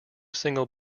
single